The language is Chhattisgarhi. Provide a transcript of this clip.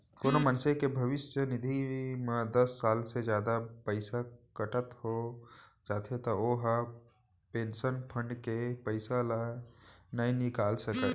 कोनो मनसे के भविस्य निधि म दस साल ले जादा पइसा कटत हो जाथे त ओ ह पेंसन फंड के पइसा ल नइ निकाल सकय